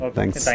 Thanks